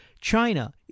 China